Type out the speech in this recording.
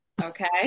okay